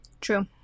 True